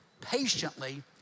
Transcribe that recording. patiently